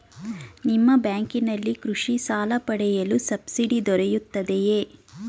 ನಿಮ್ಮ ಬ್ಯಾಂಕಿನಲ್ಲಿ ಕೃಷಿ ಸಾಲ ಪಡೆಯಲು ಸಬ್ಸಿಡಿ ದೊರೆಯುತ್ತದೆಯೇ?